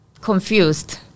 confused